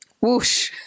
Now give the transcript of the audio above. Whoosh